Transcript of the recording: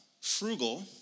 frugal